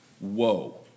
Whoa